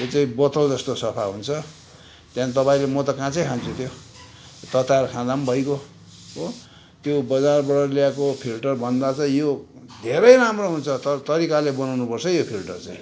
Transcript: त्यो चाहिँ बोतल जस्तो सफा हुन्छ त्यहाँदेखि तपाईँले म त काँचै खान्छु त्यो तताएर खाँदा पनि भइगयो हो त्यो बजारबाट ल्याएको फिल्टरभन्दा त यो धेरै राम्रो हुन्छ तर तरिकाले बनाउनुपर्छ है यो फिल्टर चाहिँ